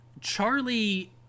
Charlie